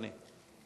אדוני.